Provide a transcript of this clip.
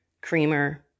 creamer